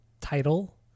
title